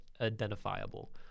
identifiable